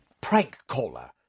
prank-caller